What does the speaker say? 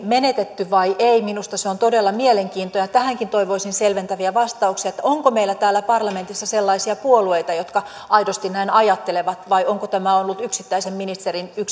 menetetty vai ei on minusta todella mielenkiintoinen tähänkin toivoisin selventäviä vastauksia onko meillä täällä parlamentissa sellaisia puolueita jotka aidosti näin ajattelevat vai onko tämä ollut yksittäisen ministerin